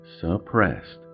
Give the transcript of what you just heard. suppressed